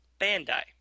Bandai